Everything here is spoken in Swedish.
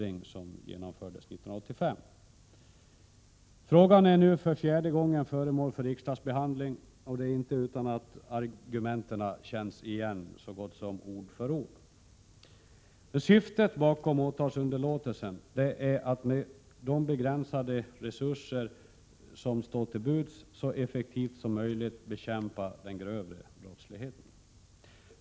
Frågan är nu för fjärde gången föremål för riksdagsbehandling, och det är inte utan att argumenten känns igen så gott som ord för ord. Syftet bakom åtalsunderlåtelse är att med de begränsade resurser som står till buds så effektivt som möjligt bekämpa den grövre brottsligheten.